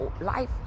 life